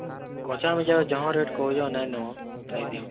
କଞ୍ଚା ଯହ ରେଟ୍ କହୁଚ ନାଇନ ଖାଇଦିଅ